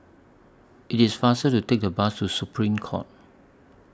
IT IS faster to Take The Bus to Supreme Court